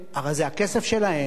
הרי זה הכסף שלהם,